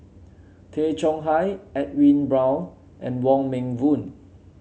Tay Chong Hai Edwin Brown and Wong Meng Voon